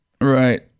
Right